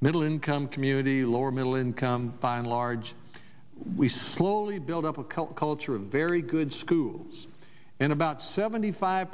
middle income community lower middle income by and large we slowly build up a cult culture a very good schools and about seventy five